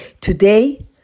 Today